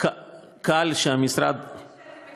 קל שהמשרד, לא